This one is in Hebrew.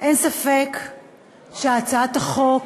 אין ספק שהצעת החוק